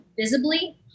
visibly